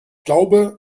glaube